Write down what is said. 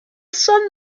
sun